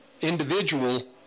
individual